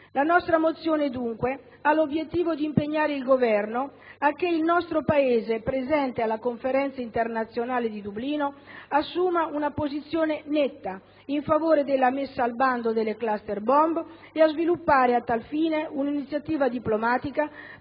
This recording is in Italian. La nostra mozione, dunque, ha l'obiettivo di impegnare il Governo a che il nostro Paese, presente alla Conferenza internazionale di Dublino, assuma una posizione netta in favore della messa al bando delle *cluster bomb* e a sviluppare a tal fine un'iniziativa diplomatica